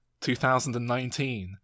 2019